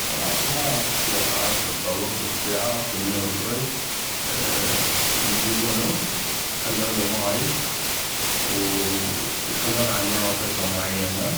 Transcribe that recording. بصراحة ما كثيغ اعغف بل الطبخ بس اعغف انو الغز يجبونو يخلولو ماي ويخلونو على الناغ لفترة معينة